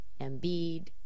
Embiid